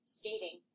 stating